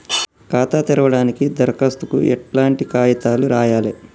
ఖాతా తెరవడానికి దరఖాస్తుకు ఎట్లాంటి కాయితాలు రాయాలే?